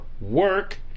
work